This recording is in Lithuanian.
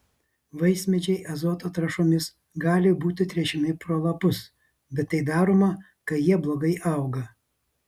vaismedžiai azoto trąšomis gali būti tręšiami pro lapus bet tai daroma kai jie blogai auga